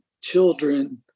children